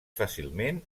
fàcilment